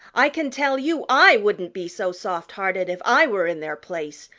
i can tell you i wouldn't be so soft-hearted if i were in their place.